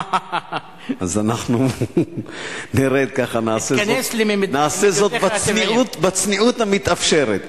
אז נעשה זאת בצניעות המתאפשרת.